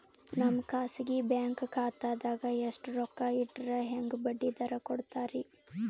ನಮ್ಮ ಖಾಸಗಿ ಬ್ಯಾಂಕ್ ಖಾತಾದಾಗ ಎಷ್ಟ ರೊಕ್ಕ ಇಟ್ಟರ ಹೆಂಗ ಬಡ್ಡಿ ದರ ಕೂಡತಾರಿ?